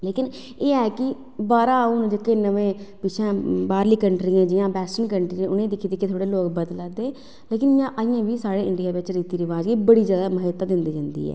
लेकिन एह् ऐ की बाहरा जेह्के नमें बाहरलियां कंट्रियां जां वेस्टर्न कंट्रियां उनेंगी दिक्खी लोग बदला दे ते ऐहीं बी साढ़े इंडिया च रीति रवाज़ बड़े महत्तव दिंदे